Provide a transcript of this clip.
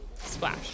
Splash